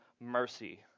mercy